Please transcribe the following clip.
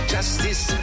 Justice